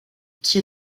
qui